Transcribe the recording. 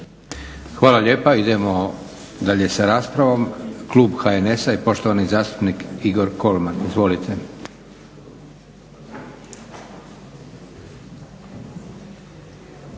Hvala lijepa. Idemo dalje sa raspravom. Klub HNS-a i poštovani zastupnik Igor Kolman. Izvolite.